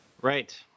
Right